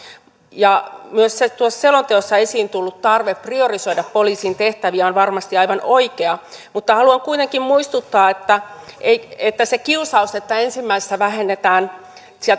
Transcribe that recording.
myös selonteossa esiin tullut tarve priorisoida poliisin tehtäviä on varmasti aivan oikea mutta haluan kuitenkin muistuttaa että se kiusaus että ensimmäisenä vähennetään